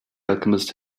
alchemist